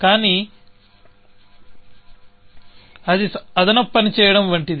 కానీ అది అదనపు పని చేయడం వంటిది